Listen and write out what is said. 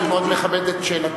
אני מאוד מכבד את שאלתך,